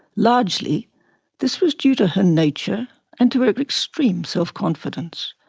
largely this was due to her nature and to her extreme self-confidence.